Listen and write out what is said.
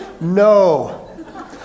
No